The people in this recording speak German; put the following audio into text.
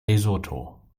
lesotho